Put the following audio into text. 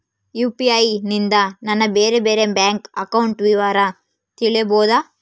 UPI ನಿಂದ ನನ್ನ ಬೇರೆ ಬೇರೆ ಬ್ಯಾಂಕ್ ಅಕೌಂಟ್ ವಿವರ ತಿಳೇಬೋದ?